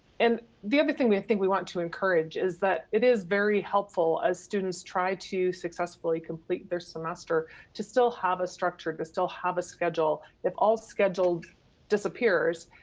and the other thing i think we want to encourage is that it is very helpful as students try to successfully complete their semester to still have a structure, to still have a schedule. if all schedule disappears,